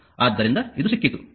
ಆದ್ದರಿಂದ ಇದು ಸಿಕ್ಕಿತು ಸರಿ